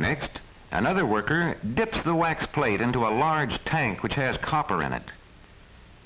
next and other worker dipped the wax plate into a large tank which has copper in it